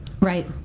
Right